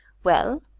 well,